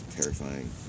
Terrifying